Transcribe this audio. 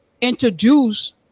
introduce